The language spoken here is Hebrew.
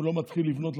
הוא לא מתחיל לבנות,